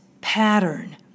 pattern